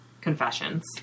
confessions